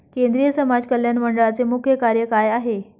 केंद्रिय समाज कल्याण मंडळाचे मुख्य कार्य काय आहे?